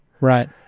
Right